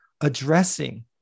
addressing